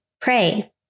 pray